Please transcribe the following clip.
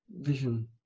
vision